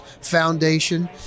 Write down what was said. foundation